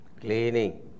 cleaning